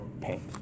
pain